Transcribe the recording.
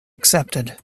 accepted